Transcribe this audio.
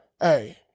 hey